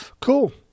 cool